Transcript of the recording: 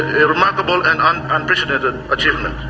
a remarkable and um unprecedented achievement.